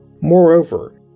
Moreover